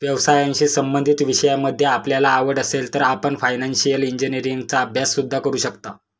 व्यवसायाशी संबंधित विषयांमध्ये आपल्याला आवड असेल तर आपण फायनान्शिअल इंजिनीअरिंगचा अभ्यास सुद्धा करू शकता